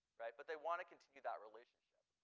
but they want to continue that relationship.